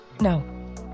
No